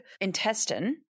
intestine